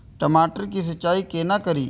टमाटर की सीचाई केना करी?